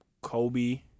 Kobe